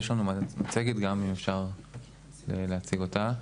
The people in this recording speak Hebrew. יש לנו מצגת גם שאפשר להציג אותה.